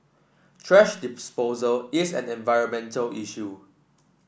thrash disposal is an environmental issue